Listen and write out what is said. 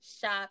shop